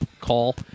call